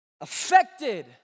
affected